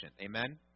Amen